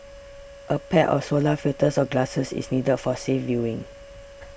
a pair of solar filters or glasses is needed for safe viewing